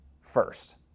first